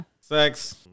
sex